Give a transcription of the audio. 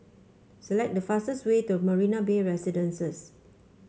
select the fastest way to Marina Bay Residences